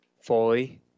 Foley